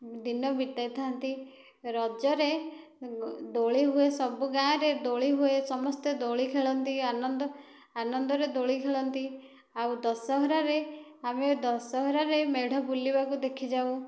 ଦିନ ବିତାଇଥାନ୍ତି ରଜରେ ଦୋଳି ହୁଏ ସବୁ ଗାଁରେ ଦୋଳି ହୁଏ ସମସ୍ତେ ଦୋଳି ଖେଳନ୍ତି ଆନନ୍ଦ ଆନନ୍ଦରେ ଦୋଳି ଖେଳନ୍ତି ଆଉ ଦଶହରାରେ ଆମେ ଦଶହରାରେ ମେଢ଼ ବୁଲିବାକୁ ଦେଖିଯାଉ